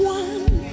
one